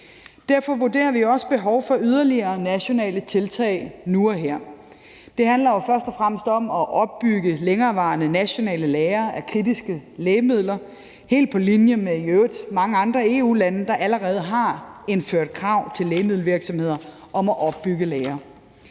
derfor vurderer vi også, at der er behov for yderligere nationale tiltag nu og her. Det handler jo først og fremmest om at opbygge længerevarende nationale lagre af kritiske lægemidler – helt på linje med i øvrigt mange andre EU-lande, der allerede har indført krav til lægemiddelvirksomheder om at opbygge lagre.